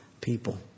people